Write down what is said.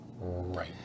Right